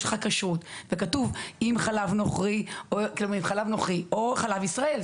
יש לך כשרות וכתוב עם חלב נוכרי או חלב ישראל,